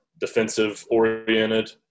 defensive-oriented